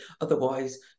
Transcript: otherwise